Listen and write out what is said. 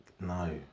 No